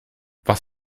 was